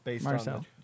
Marcel